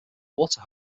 water